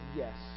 yes